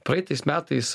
praeitais metais